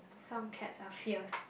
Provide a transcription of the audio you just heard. some cats are fierce